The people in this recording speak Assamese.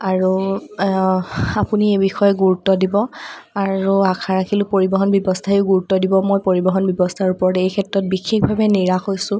আৰু আপুনি এই বিষয়ে গুৰুত্ব দিব আৰু আশা ৰাখিলো পৰিৱহণ ব্যৱস্থায়ো গুৰুত্ব দিব মই পৰিৱহণ ব্যৱস্থাৰ ওপৰত এই ক্ষেত্ৰত বিশেষভাৱে নিৰাশ হৈছোঁ